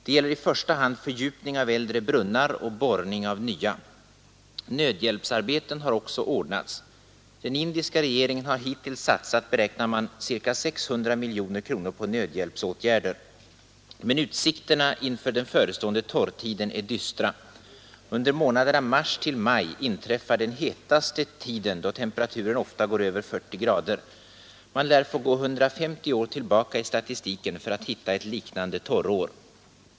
Den gäller i första hand fördjupning av äldre brunnar och borrning av nya. Nödhjälpsarbeten ordnas också. Regeringen har hittills satsat — beräknas det — ca 600 miljoner kronor på nödhjälpsåtgärder. Utsikterna inför den förestående torrtiden är dystra. Under månaderna mars — maj inträffar den hetaste tiden, då temperaturen ofta går över 40”. Man lär få gå 150 år tillbaka i statistiken för att hitta ett liknande torrår.